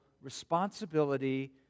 responsibility